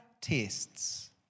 tests